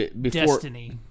Destiny